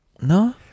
No